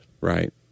Right